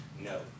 no